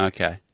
Okay